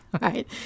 right